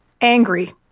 angry